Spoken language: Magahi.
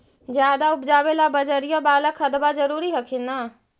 ज्यादा उपजाबे ला बजरिया बाला खदबा जरूरी हखिन न?